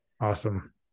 awesome